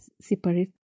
separate